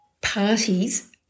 parties